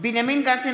בנימין גנץ,